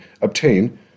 obtain